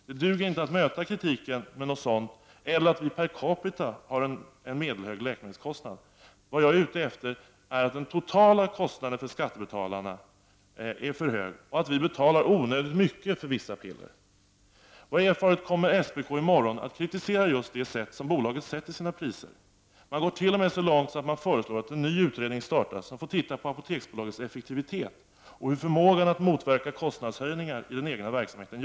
Det duger inte att möta kritiken med sådant eller med att vi per capita har en medelhög läkemedelskostnad. Vad jag är ute efter är att den totala kostnaden för skattebetalarna är för hög och att vi betalar onödigt mycket för vissa piller. Vad jag har erfarit kommer SPK i morgon att kritisera just det sätt på vil ket bolaget sätter sina priser. Man går t.o.m. så långt att man föreslår att en ny utredning startas, som får titta på Apoteksbolagets effektivitet och på förmågan att motverka kostnadshöjningar i den egna verksamheten.